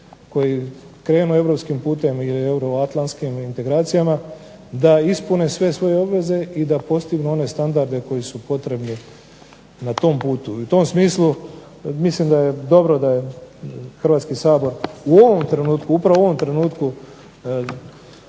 koji krenu europskim putem ili euroatlantskim integracijama, da ispune sve svoje obveze i da postignu one standarde koji su potrebni na tom putu. I u tom smislu mislim da je dobro da i Hrvatski sabor u ovom trenutku, upravo u ovom trenutku